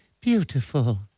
beautiful